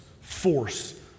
force